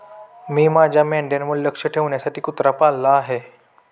मी माझ्या मेंढ्यांवर लक्ष ठेवण्यासाठी कुत्रा पाळला आहे